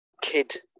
Kid